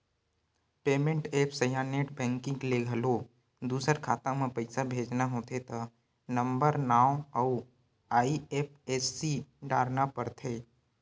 payment apps या net banking ले घलो दूसर खाता म पइसा भेजना होथे त नंबरए नांव अउ आई.एफ.एस.सी डारना परथे